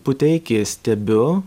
puteikį stebiu